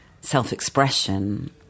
self-expression